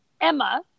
emma